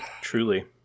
Truly